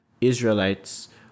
Israelites